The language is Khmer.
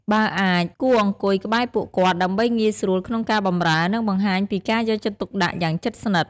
បើអាច គួរអង្គុយក្បែរពួកគាត់ ដើម្បីងាយស្រួលក្នុងការបម្រើ និងបង្ហាញពីការយកចិត្តទុកដាក់យ៉ាងជិតស្និទ្ធ។